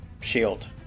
shield